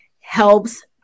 helps